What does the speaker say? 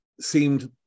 seemed